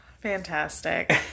Fantastic